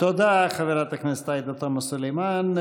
תודה, חברת הכנסת עאידה תומא סלימאן.